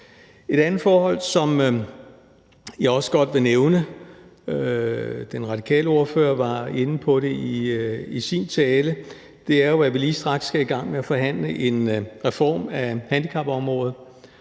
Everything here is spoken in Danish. Et andet forhold, som jeg også godt vil nævne, og den radikale ordfører var inde på det i sin tale, er jo, at vi lige straks skal i gang med at forhandle en reform af handicapområdet.